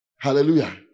hallelujah